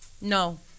No